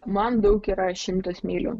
man daug yra šimtas mylių